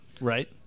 right